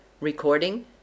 Recording